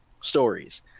stories